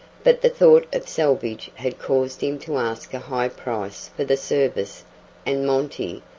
but the thought of salvage had caused him to ask a high price for the service and monty,